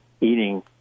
eating